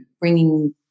bringing